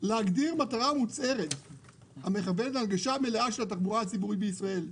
להגדיר מטרה מוצהרת המכוונת להנגשה מלאה של התחבורה הציבורית בישראל.